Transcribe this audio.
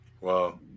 Wow